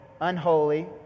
unholy